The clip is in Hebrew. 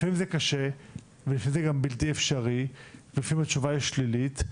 לפעמים זה קשה ולפעמים זה גם בלתי אפשרי ולפעמים התשובה היא שלילית,